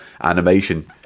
animation